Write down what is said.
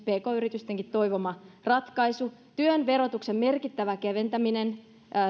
pk yritystenkin toivoma ratkaisu työn verotuksen merkittävä keventäminen